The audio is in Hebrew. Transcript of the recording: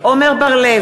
בהצבעה עמר בר-לב,